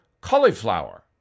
cauliflower